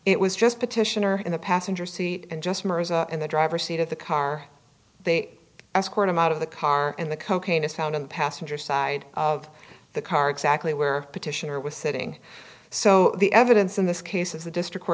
it was just petitioner in the passenger seat and just in the driver's seat of the car they escort him out of the car in the cocaine is found on the passenger side of the car exactly where petitioner was sitting so the evidence in this case is the district